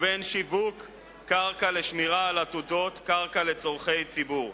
ובין שיווק קרקע לשמירה על עתודות קרקע לצורכי ציבור".